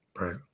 Right